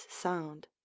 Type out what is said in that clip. sound